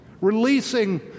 Releasing